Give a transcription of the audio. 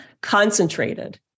Concentrated